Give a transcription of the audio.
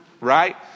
Right